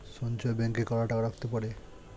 সঞ্চয় ব্যাংকে কারা টাকা রাখতে পারে?